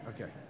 Okay